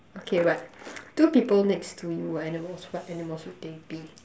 okay but two people next to you were animals what animals would they be